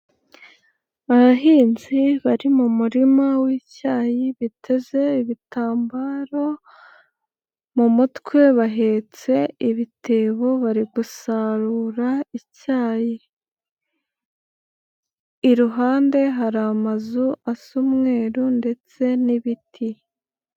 Abahinzi bari mu murima w'icyayi biteze ibitambaro mu mutwe bahetse ibitebo bari gusarura icyayi, iruhande hari amazu asa umweru ndetse n'ibiti.